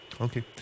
Okay